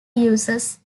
uses